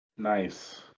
Nice